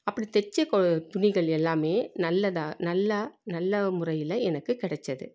அப்படி தச்ச கொ துணிகள் எல்லாமே நல்லதாக நல்லா நல்ல முறையில் எனக்கு கிடச்சது